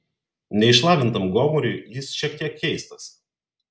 neišlavintam gomuriui jis šiek tiek keistas